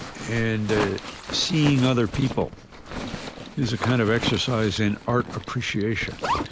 and ah seeing other people is a kind of exercise in art appreciation.